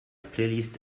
playlist